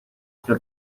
esta